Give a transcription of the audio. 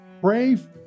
Pray